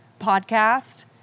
podcast